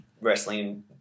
wrestling